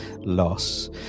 loss